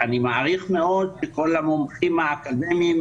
אני מעריך מאוד את כל המומחים האקדמיים.